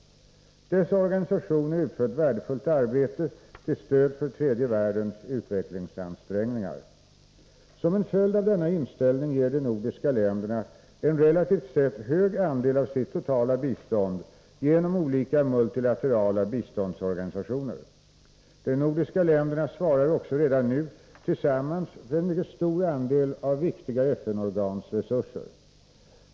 Dessa organisationer utför ett värdefullt arbete till stöd för tredje världens utvecklingsansträngningar. Som en följd av denna inställning ger de nordiska länderna en relativt sett hög andel av sitt totala bistånd genom olika multilaterala biståndsorganisationer. De nordiska länderna svarar också redan nu tillsammans för en mycket stor andel av viktiga FN-organs resurser.